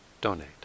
donate